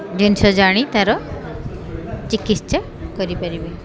ଜିନିଷ ଜାଣି ତାର ଚିକିତ୍ସା କରିପାରିବେ